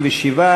57,